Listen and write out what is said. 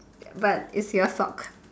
but it's your sock